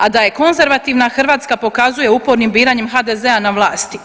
A da je konzervativna Hrvatska pokazuje upornim biranjem HDZ-a na vlasti.